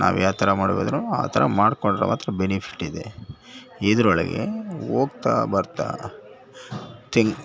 ನಾವು ಯಾವ ಥರ ಮಾಡ್ಬೇದ್ರು ಆ ಥರ ಮಾಡ್ಕೊಂಡ್ರೆ ಮಾತ್ರ ಬೆನಿಫಿಟ್ ಇದೆ ಇದರೊಳಗೆ ಹೋಗ್ತಾ ಬರ್ತಾ ತೆಂಗು